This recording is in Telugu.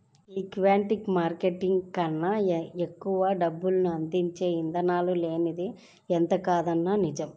ఈక్విటీ మార్కెట్ కన్నా ఎక్కువ డబ్బుల్ని అందించే ఇదానాలు లేవనిది ఎంతకాదన్నా నిజం